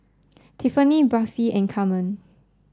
Tiffanie Buffy and Carmen